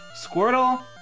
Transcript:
Squirtle